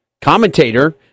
commentator